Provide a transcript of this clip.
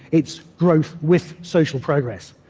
it's growth with social progress.